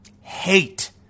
hate